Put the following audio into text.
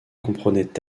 comprenait